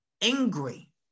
angry